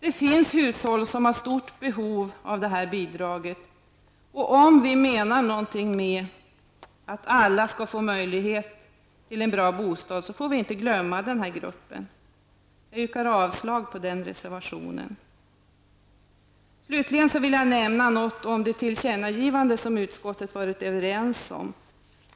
Det finns hushåll som har stort behov av detta bidrag, och om vi menar något med att alla skall få möjlighet till en bra bostad får vi inte glömma denna grupp. Jag yrkar avslag på reservation 6. Slutligen vill jag nämna något om det tillkännagivande som utskottet varit överens om.